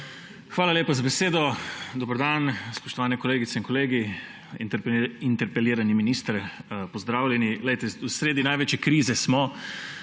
Hvala lepa za besedo. Dober dan! Spoštovane kolegice in kolegi, interpelirani minister, pozdravljeni! Sredi največje krize smo,